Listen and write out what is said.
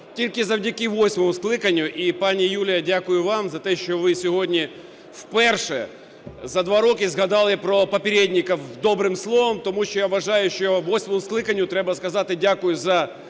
Тільки завдяки восьмому скликанню, і, пані Юлія, дякую вам за те, що ви сьогодні вперше за 2 роки згадали про "попєрєдніков" добрим словом. Тому що я вважаю, що восьмому скликанню треба сказати дякую за